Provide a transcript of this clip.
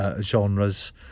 genres